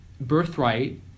Birthright